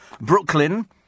Brooklyn